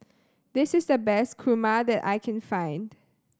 this is the best kurma that I can find